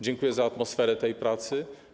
Dziękuję za atmosferę tej pracy.